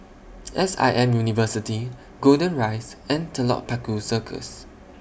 S I M University Golden Rise and Telok Paku Circus